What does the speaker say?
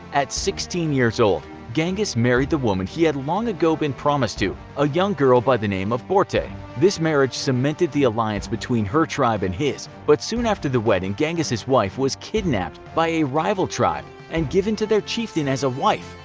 at sixteen years old genghis married the woman he had long ago been promised to, a young girl by the name of borte. the marriage cemented the alliance between her tribe and his, but soon after the wedding genghis' wife was kidnapped by a rival tribe and given to their chieftain as a wife.